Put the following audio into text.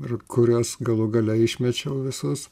ir kuriuos galų gale išmečiau visus